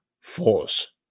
force